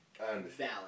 Valid